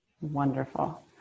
Wonderful